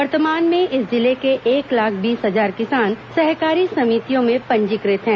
वर्तमान में इस जिले के एक लाख बीस हजार किसान सहकारी समितियों में पंजीकृत हैं